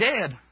dead